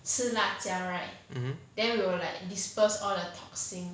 mmhmm